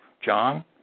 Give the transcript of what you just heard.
John